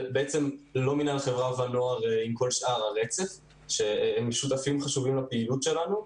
לא מינהל חברה ונוער עם שאר הרצף שהם שותפים חשובים לפעילות שלנו.